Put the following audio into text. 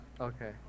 Okay